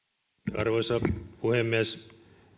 arvoisa puhemies